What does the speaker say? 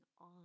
on